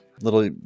little